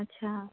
अच्छा